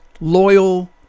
Loyal